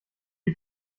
die